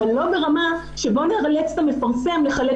אבל לא ברמה שבא נאלץ את המפרסם לחלק